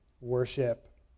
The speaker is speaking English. worship